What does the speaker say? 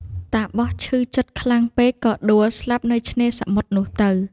តាបសឈឺចិត្តខ្លាំង ពេក ក៏ដួលស្លាប់នៅឆ្នេរសមុទ្រនោះទៅ ។